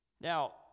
Now